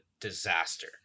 disaster